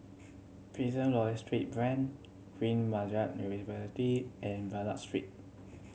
Prison Logistry Branch Queen Margaret University and Bernam Street